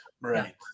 right